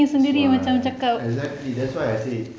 that's why exactly that's why I say